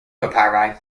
papyri